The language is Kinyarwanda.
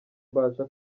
mbasha